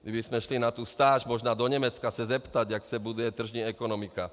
Kdybychom šli na tu stáž možná do Německa se zeptat, jak se buduje tržní ekonomika.